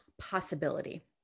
possibility